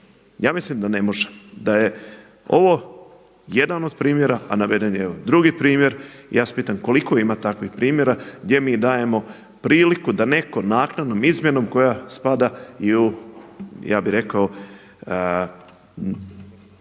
Ja mislim da ne može, da je ovo jedan od primjera, a naveden je evo drugi primjer. I ja vas pitam koliko ima takvih primjera gdje mi dajemo priliku da netko naknadnom izmjenom koja spada i u ja bih rekao